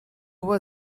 were